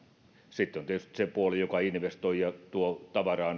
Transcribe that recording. sitten on tietysti se puoli joka investoi ja tuo tavaraa